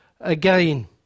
again